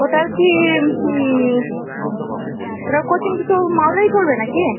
ওটাও কি ই ওটা কোচিং তো তুমি মালদায় করবে নাকি